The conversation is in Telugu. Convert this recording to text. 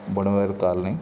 బుడవేరు కాలనీ